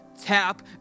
tap